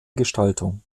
gestaltung